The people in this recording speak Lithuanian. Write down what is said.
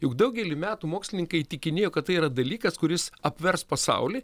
juk daugelį metų mokslininkai įtikinėjo kad tai yra dalykas kuris apvers pasaulį